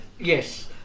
yes